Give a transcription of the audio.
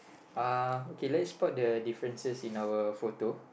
uh okay let spoke the differences in our photo